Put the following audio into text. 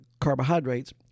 carbohydrates